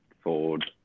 Ford